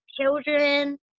children